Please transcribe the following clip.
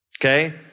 Okay